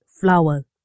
flower